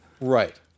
right